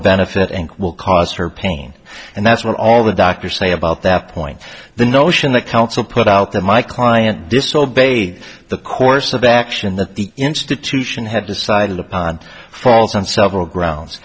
benefit and will cause her pain and that's what all the doctors say about that point the notion that counsel put out that my client disobeyed the course of action that the institution had decided upon falls on several grounds